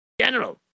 General